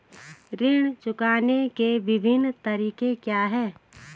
ऋण चुकाने के विभिन्न तरीके क्या हैं?